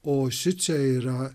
o šičia yra